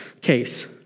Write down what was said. case